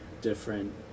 different